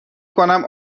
کنم